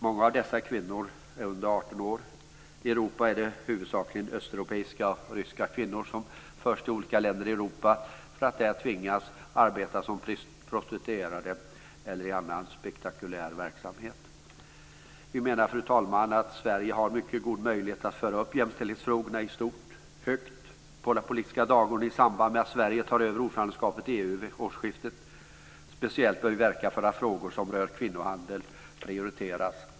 Många av dessa kvinnor är under 18 år. I Europa är det huvudsakligen östeuropeiska och ryska kvinnor som förs till olika länder i Europa för att där tvingas arbeta som prostituerade eller i annan spektakulär verksamhet. Vi menar, fru talman, att Sverige har en mycket god möjlighet att föra upp jämställdhetsfrågorna i stort högt på den politiska dagordningen i samband med att Sverige tar över ordförandeskapet i EU vid årsskiftet. Speciellt bör vi verka för att frågor som rör kvinnohandel prioriteras.